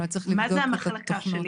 זה המחלקה שלי?